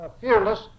fearless